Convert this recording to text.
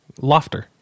Lofter